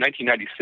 1996